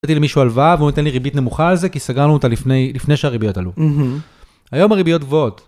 נתתי למישהו הלוואה והוא נותן לי ריבית נמוכה על זה כי סגרנו אותה לפני לפני שהריביות עלו. היום הריביות גבוהות.